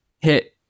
hit